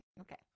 Okay